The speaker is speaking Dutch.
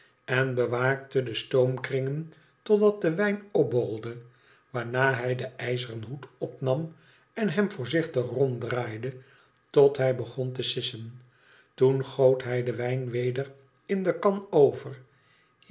en bewaakte de stoomkringen totdat de wijn opborrelde waarna hij den ijzeren hoed opnam en hem voorzichtig ronddraaide totdat hij begon te sissen toen goot hij den wijn weder in de kan over